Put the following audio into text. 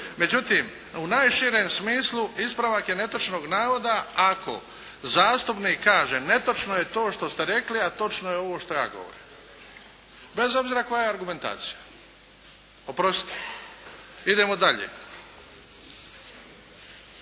Međutim, u najširem smislu ispravak je netočnog navoda ako zastupnik kaže netočno je to što ste rekli a točno je ovo što ja govorim, bez obzira koja je argumentacija. Idemo dalje.